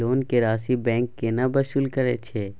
Loan के राशि bank केना वसूल करे छै?